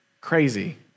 Crazy